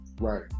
Right